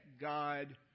God